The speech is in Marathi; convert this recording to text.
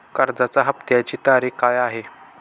कर्जाचा हफ्त्याची तारीख काय आहे?